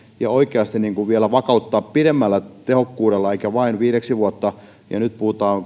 ja tarvetta oikeasti vielä vakauttaa pidemmällä tehokkuudella eikä vain viideksi vuodeksi ja nyt puhutaan